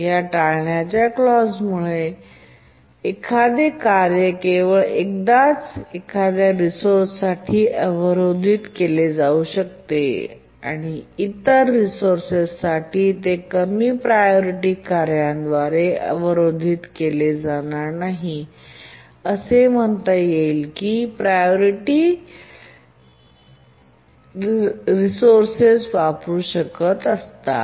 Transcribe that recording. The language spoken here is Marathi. या टाळण्याच्या क्लॉज मुळे एखादे कार्य केवळ एकदाच एखाद्या रिसोर्ससाठी अवरोधित केले जाऊ शकते आणि इतर रिसोर्संसाठी ते कमी प्रायोरिटी कार्यांद्वारे अवरोधित केले जाणार नाही आणि असे म्हणता येईल की प्रायोरिटी डझनभर रिसोर्स वापरत असू शकतात